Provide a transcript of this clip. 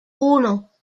uno